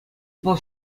вӑл